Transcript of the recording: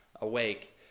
awake